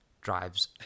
drives